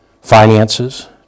Finances